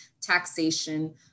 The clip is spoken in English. taxation